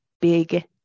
big